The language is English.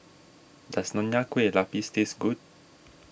does Nonya Kueh Lapis taste good